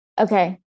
Okay